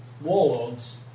Warlords